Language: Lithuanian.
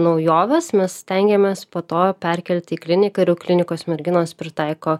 naujoves mes stengiamės po to perkelti į kliniką ir jau klinikos merginos pritaiko